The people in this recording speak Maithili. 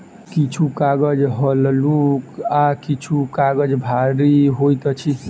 किछु कागज हल्लुक आ किछु काजग भारी होइत अछि